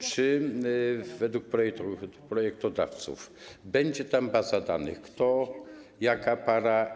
Czy według projektodawców będzie tam baza danych, kto, jaka para.